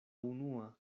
unua